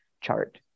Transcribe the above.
chart